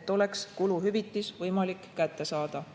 et oleks kuluhüvitis võimalik kätte saada.